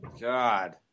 God